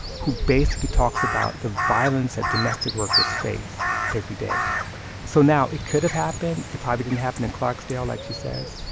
who basically talks about the violence that domestic workers face every day so now, it could've happened. it probably didn't happen in clarksdale, like she says.